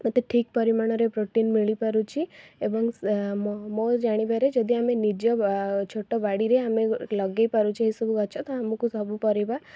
ମୋତେ ଠିକ୍ ପରିମାଣର ପ୍ରୋଟିନ୍ ମିଳିପାରୁଛି ଏବଂ ମୋ ଜାଣିବାରେ ଯଦି ଆମେ ନିଜ ଛୋଟ ବାଡ଼ିରେ ଆମେ ଲଗାଇପାରୁଛେ ଏସବୁ ଗଛ ତ ଆମକୁ ସବୁ ପରିବା